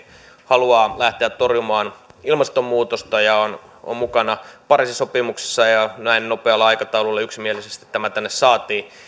haluaa lähteä torjumaan ilmastonmuutosta ja on mukana pariisin sopimuksessa ja näin nopealla aikataululla yksimielisesti tämä tänne saatiin